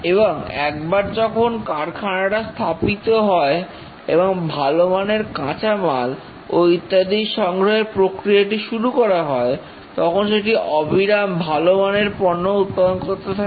এবং একবার যখন কারখানাটা স্থাপিত হয় এবং ভালো মানের কাঁচামাল ও ইত্যাদি সংগ্রহের প্রক্রিয়াটি শুরু করা হয় তখন সেটি অবিরাম ভালো মানের পণ্য উৎপাদন করতে থাকে